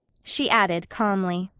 she added calmly,